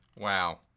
wow